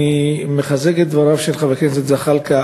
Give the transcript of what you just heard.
אני מחזק את דבריו של חבר הכנסת זחאלקה